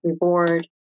reward